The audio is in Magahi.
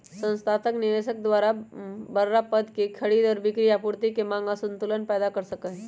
संस्थागत निवेशक द्वारा बडड़ा पद के खरीद और बिक्री आपूर्ति और मांग असंतुलन पैदा कर सका हई